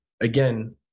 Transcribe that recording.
again